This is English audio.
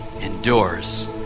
endures